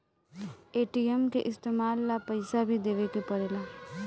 ATM के इस्तमाल ला पइसा भी देवे के पड़ेला